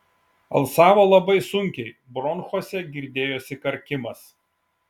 alsavo labai sunkiai bronchuose girdėjosi karkimas